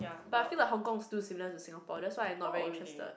but I feel like Hong Kong is too similar to Singapore that's why I'm not very interested